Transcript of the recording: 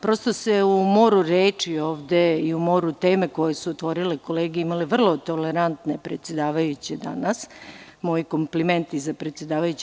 Prosto se u moru reči ovde i u moru tema koje su se otvorile, kolege imale vrlo tolerantne predsedavajuće danas, moji komplimenti za predsedavajuće.